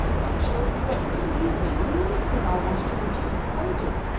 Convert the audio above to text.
actually threatened to leave me merely because i wanted to reduce his wages.